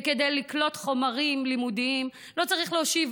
וכדי לקלוט חומרים לימודיים לא צריך להושיב